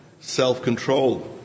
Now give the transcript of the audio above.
self-control